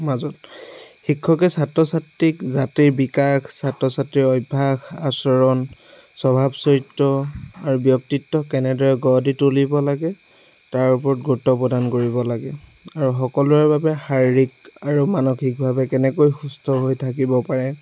মাজত শিক্ষকে ছাত্ৰ ছাত্ৰীক জাতিৰ বিকাশ ছাত্ৰ ছাত্ৰীৰ অভ্যাস আচৰণ স্বভাৱ চৰিত্ৰ আৰু ব্যক্তিত্বক কেনেকৈ গঢ় দি তুলিব লাগে তাৰ ওপৰত গুৰুত্ব প্ৰদান কৰিব লাগে আৰু সকলোৰে বাবে শাৰীৰিক আৰু মানসিকভাৱে কেনেকৈ সুস্থ হৈ থাকিব পাৰে